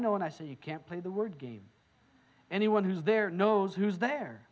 know and i say you can't play the word game anyone who's there knows who's there